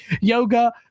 yoga